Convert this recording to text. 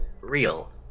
real